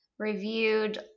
reviewed